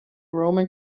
roman